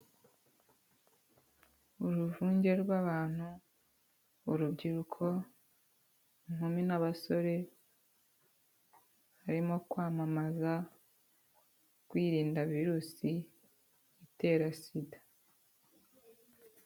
Uruvunge rw'abantu urubyiruko, inkumi n'abasore, barimo kwamamaza, kwirinda virusi itera SIDA.